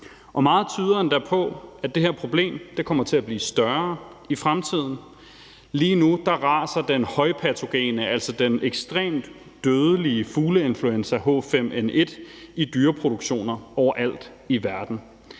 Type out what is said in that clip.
og meget tyder endda på, at det her problem kommer til at blive større i fremtiden. Lige nu raser den højpatogene, altså den ekstremt dødelige, fugleinfluenza H5N1 i dyreproduktioner overalt i verden.